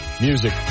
music